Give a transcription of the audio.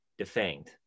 defanged